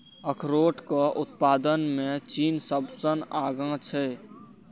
अखरोटक उत्पादन मे चीन सबसं आगां छै